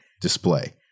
display